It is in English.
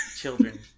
Children